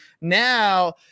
Now